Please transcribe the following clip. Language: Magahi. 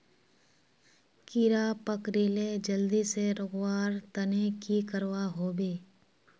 कीड़ा पकरिले जल्दी से रुकवा र तने की करवा होबे?